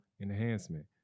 enhancement